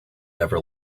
never